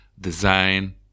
design